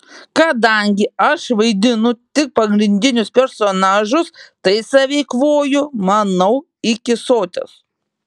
kadangi aš vaidinu tik pagrindinius personažus tai save eikvoju manau iki soties